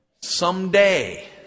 Someday